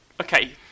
Okay